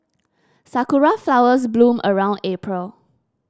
sakura flowers bloom around April